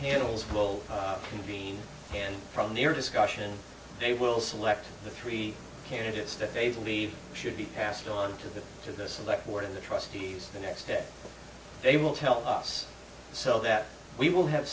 panels will convene and from near discussion they will select the three candidates that they believe should be passed on to the to the select ward of the trustees the next day they will tell us so that we will have